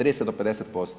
30 do 50%